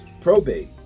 probate